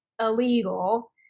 illegal